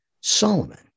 Solomon